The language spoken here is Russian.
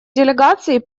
делегации